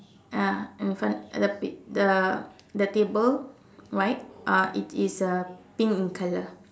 ah in front the p~ the the table right uh it is uh pink in color